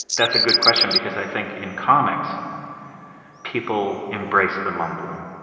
that's a good question because i think in comics people embrace the mumbling.